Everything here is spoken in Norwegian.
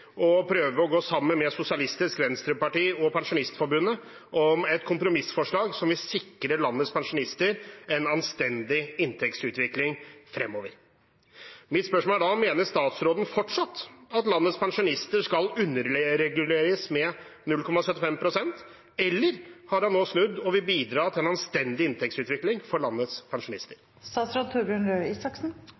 prøve å gå sammen med SV og Pensjonistforbundet om et kompromissforslag som ville sikre landets pensjonister en anstendig inntektsutvikling fremover. Mitt spørsmål er da: Mener statsråden fortsatt at landets pensjonister skal underreguleres med 0,75 pst., eller har han nå snudd og vil bidra til en anstendig inntektsutvikling for landets